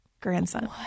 grandson